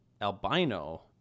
albino